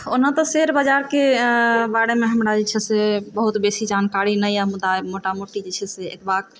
ओना तऽ शेयर बाजारके बारेमे हमरा जे छै से बहुत बेसी जानकारी नहि अइ मुदा मोटा मोटी जे छै से एतबा